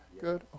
Good